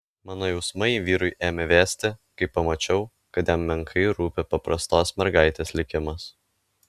mano jausmai vyrui ėmė vėsti kai pamačiau kad jam menkai rūpi paprastos mergaitės likimas